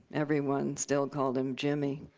everyone still called him jimmy.